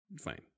Fine